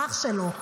האח שלו,